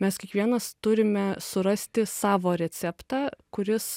mes kiekvienas turime surasti savo receptą kuris